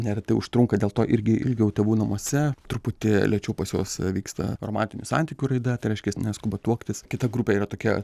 neretai užtrunka dėl to irgi ilgiau tėvų namuose truputį lėčiau pas juos vyksta romantinių santykių raida tai reiškias neskuba tuoktis kita grupė yra tokia